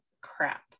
crap